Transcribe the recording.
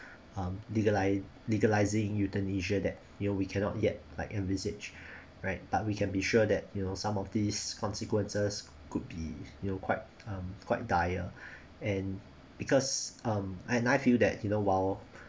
um legali~ legalising euthanasia that you know we cannot yet like envisage right but we can be sure that you know some of these consequences could be you know quite um quite dire and because um I feel that in a while